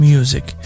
Music